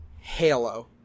Halo